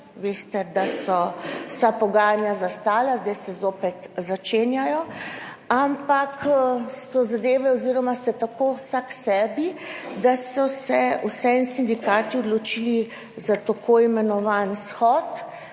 Veste, da so vsa pogajanja zastala, zdaj se zopet začenjajo, ampak so zadeve oz. ste tako vsak k sebi, da so se vseeno sindikati odločili za t. i. shod